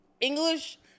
English